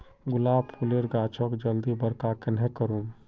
गुलाब फूलेर गाछोक जल्दी बड़का कन्हे करूम?